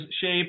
shape